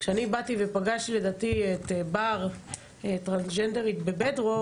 שאני פגשתי את בר טרנסג'נדרית בבית דרור,